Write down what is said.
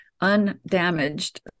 undamaged